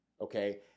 okay